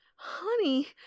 Honey